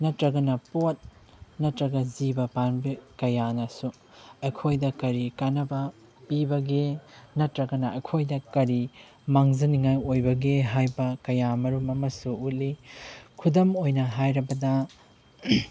ꯅꯠꯇ꯭ꯔꯒꯅ ꯄꯣꯠ ꯅꯠꯇ꯭ꯔꯒ ꯖꯤꯕ ꯄꯥꯟꯕ ꯀꯌꯥꯅꯁꯨ ꯑꯩꯈꯣꯏꯗ ꯀꯔꯤ ꯀꯥꯟꯅꯕ ꯄꯤꯕꯒꯦ ꯅꯠꯇ꯭ꯔꯒꯅ ꯑꯩꯈꯣꯏꯗ ꯀꯔꯤ ꯃꯥꯡꯖꯅꯤꯡꯉꯥꯏ ꯑꯣꯏꯕꯒꯦ ꯍꯥꯏꯕ ꯀꯌꯥ ꯃꯔꯨꯝ ꯑꯃꯁꯨ ꯎꯠꯂꯤ ꯈꯨꯗꯝ ꯑꯣꯏꯅ ꯍꯥꯏꯔꯕꯗ